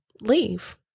leave